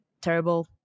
terrible